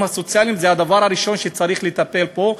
הסוציאליים זה הדבר הראשון שצריך לטפל בו,